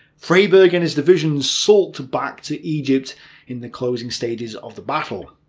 freyberg and his division sort of back to egypt in the closing stages of the battle.